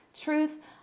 Truth